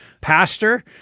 pastor